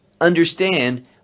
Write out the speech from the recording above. understand